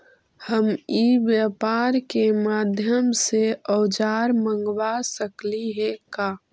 हम ई व्यापार के माध्यम से औजर मँगवा सकली हे का?